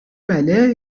بله